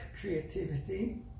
creativity